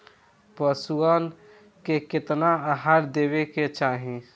पशुअन के केतना आहार देवे के चाही?